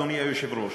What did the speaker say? אדוני היושב-ראש,